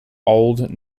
old